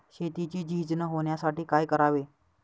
शेतीची झीज न होण्यासाठी काय करावे?